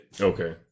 Okay